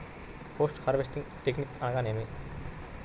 Post harvesting technique అనగా నేమి?